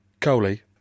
Coley